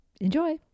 Enjoy